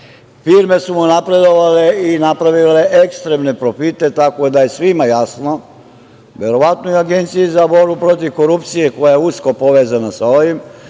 su mu napredovale i napravile ekstremne profite tako da je svima jasno, verovatno i Agenciji za borbu protiv korupcije koja je usko povezana sa ovim,